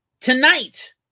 Tonight